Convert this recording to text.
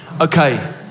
Okay